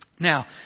Now